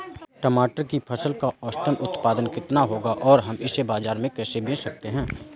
टमाटर की फसल का औसत उत्पादन कितना होगा और हम इसे बाजार में कैसे बेच सकते हैं?